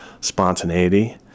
spontaneity